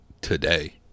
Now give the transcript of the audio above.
Today